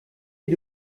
est